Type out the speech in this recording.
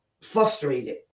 frustrated